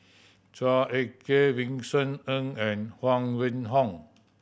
Chua Ek Kay Vincent Ng and Huang Wenhong